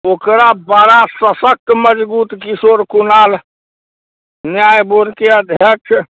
ओकरा बड़ा सशक्त मजबूत किशोर कुणाल न्याय बोर्डके अध्यक्ष